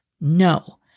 No